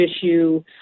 issue